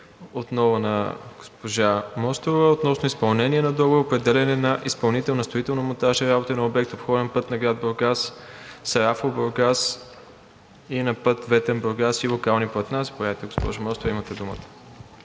отново на госпожа Мострова относно изпълнение на договор и определяне на изпълнител на строително-монтажни работи за обекта „Обходен път на град Бургас – Сарафово – Бургас и на път Ветрен – Бургас и локалните платна“. Заповядайте, госпожо Мострова, имате думата.